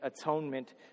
atonement